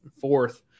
fourth